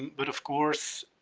but of course